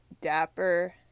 Dapper